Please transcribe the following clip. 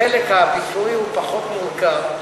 החלק הביצועי הוא פחות מורכב.